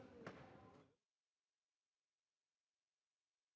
Merci,